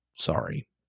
sorry